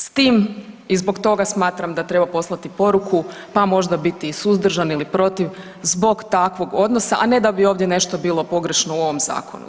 S tim i zbog toga smatram da treba poslati poruku, pa možda biti i suzdržan ili protiv zbog takvog odnosa, a ne da bi ovdje nešto bilo pogrešno u ovom zakonu.